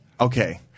Okay